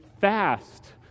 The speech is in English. fast